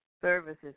Services